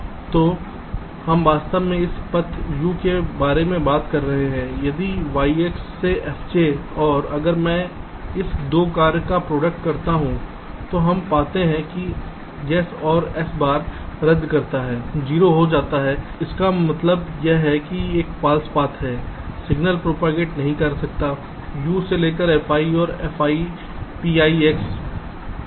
तो हम वास्तव में इस पथ u के बारे में बात कर रहे हैं फिर yx से fj और अगर मैं इस 2 कार्य का प्रोडक्ट करता हूं तो हम देखते हैं कि s और s बार रद्द करता है 0 हो जाता है इसका मतलब यह एक फॉल्स पाथ है सिग्नल प्रोपागेट नहीं कर सकता u से लेकर fi और fi pi x तक एक साथ fj करें